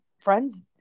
friends